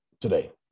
today